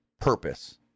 purpose